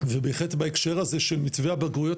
ובהחלט בהקשר הזה של מתווה הבגרויות